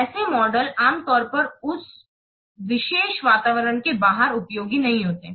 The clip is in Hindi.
ऐसे मॉडल आमतौर पर उस विशेष वातावरण के बाहर उपयोगी नहीं होते हैं